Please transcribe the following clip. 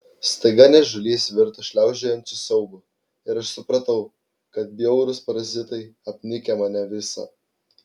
staiga niežulys virto šliaužiojančiu siaubu ir aš supratau kad bjaurūs parazitai apnikę mane visą